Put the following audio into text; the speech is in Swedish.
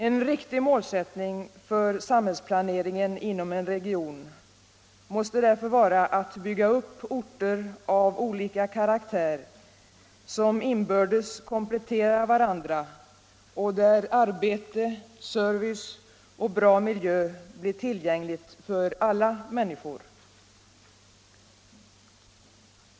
En riktig målsättning för samhällsplaneringen inom en region måste därför vara att bygga upp orter av olika karaktär som inbördes kompletterar varandra och där arbete, service och bra miljö blir tillgängliga för alla människor.